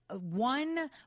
one